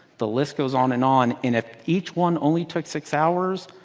the list goes on and on. and if each one only took six hours,